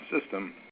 system